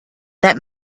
that